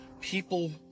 people